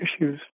issues